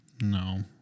No